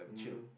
mmhmm